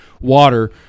water